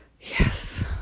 Yes